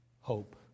hope